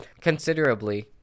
considerably